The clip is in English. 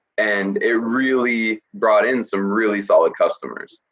and it really brought in some really solid customers.